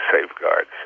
safeguards